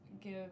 give